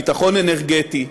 לביטחון אנרגטי,